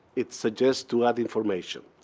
it suggests to add information.